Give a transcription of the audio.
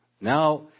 Now